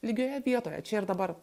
lygioje vietoje čia ir dabar